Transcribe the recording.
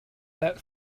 that